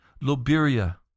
Liberia